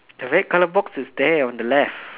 the red coloured box is there on the left